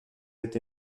êtes